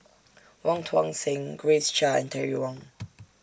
Wong Tuang Seng Grace Chia and Terry Wong